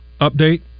update